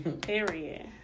Period